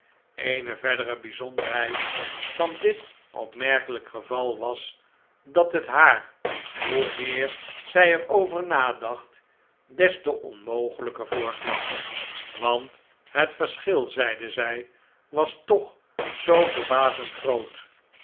eene verdere bijzonderheid van dit opmerkelijk geval was dat het haar hoe meer zij er over nadacht des te onmogelijker voorkwam want het verschil zeide zij was toch zoo verbazend groot